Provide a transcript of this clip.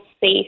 safe